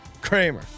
Kramer